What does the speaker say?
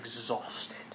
exhausted